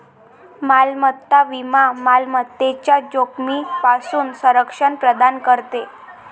मालमत्ता विमा मालमत्तेच्या जोखमीपासून संरक्षण प्रदान करते